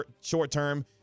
short-term